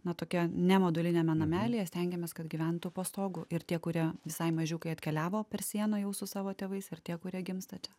na tokie ne moduliniame namelyje stengiamės kad gyventų po stogu ir tie kurie visai mažiukai atkeliavo per sieną jau su savo tėvais ir tie kurie gimsta čia